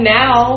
now